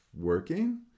working